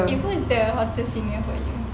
who's the hottest senior for you